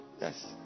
Yes